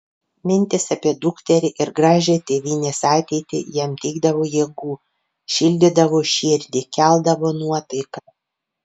mintys apie dukterį ir gražią tėvynės ateitį jam teikdavo jėgų šildydavo širdį keldavo nuotaiką